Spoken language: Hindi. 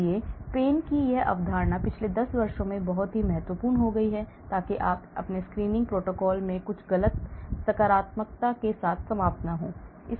इसलिए PAIN की यह अवधारणा पिछले 10 वर्षों में बहुत महत्वपूर्ण हो गई है ताकि आप अपने स्क्रीनिंग प्रोटोकॉल में कुछ गलत सकारात्मकता के साथ समाप्त न हों